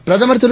பிரதமர்திரு